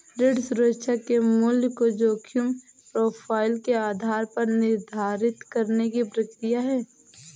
ऋण सुरक्षा के मूल्य को जोखिम प्रोफ़ाइल के आधार पर निर्धारित करने की प्रक्रिया है